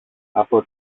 από